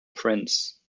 prince